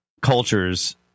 cultures